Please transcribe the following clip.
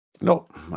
Nope